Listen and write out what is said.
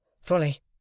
Fully